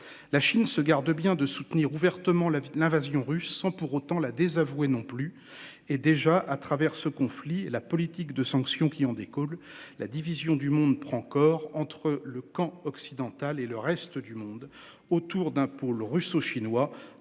la Chine se garde bien de soutenir ouvertement la l'invasion russe, sans pour autant la désavoué non plus. Et déjà à travers ce conflit et la politique de sanctions qui ont d'école la division du monde prend corps entre le camp occidental et le reste du monde autour d'un pôle russo-chinois